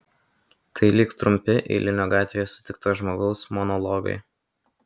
tai lyg trumpi eilinio gatvėje sutikto žmogaus monologai